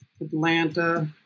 Atlanta